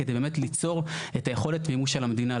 כדי באמת ליצור את היכולת מימוש של המדינה.